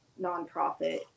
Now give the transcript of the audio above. nonprofit